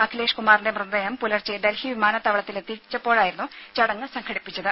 അഖിലേഷ് കുമാറിന്റെ മൃതദേഹം പുലർച്ചെ ഡൽഹി വിമാനത്താവളത്തിൽ എത്തിച്ചപ്പോഴായിരുന്നു ചടങ്ങ് സംഘടിപ്പിച്ചത്